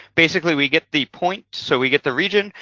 basically, we get the points, so we get the region,